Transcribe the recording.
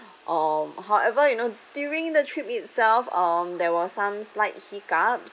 um however you know during the trip itself um there was some slight hiccups